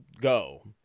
go